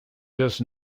just